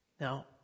Now